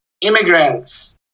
immigrants